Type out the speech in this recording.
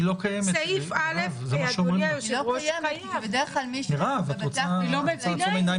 מירב, אומרים לך שהיא לא קיימת.